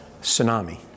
tsunami